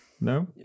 No